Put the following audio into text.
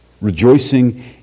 rejoicing